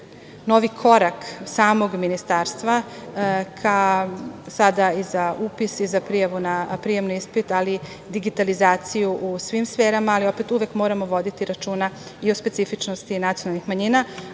novi korak samog ministarstva za upis i za prijavu na prijemni ispit, digitalizaciju u svim sferama, ali, opet, uvek moramo voditi računa i o specifičnosti nacionalnih manjina. Posebno